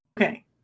Okay